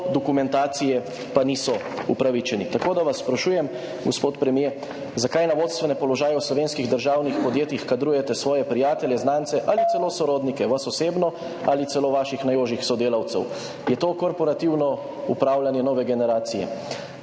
dokumentacije pa niso upravičeni. Gospod premier, sprašujem vas: Zakaj na vodstvene položaje v slovenskih državnih podjetjih kadrujete svoje prijatelje, znance ali celo sorodnike, vaše ali celo vaših najožjih sodelavcev? Je to korporativno upravljanje nove generacije?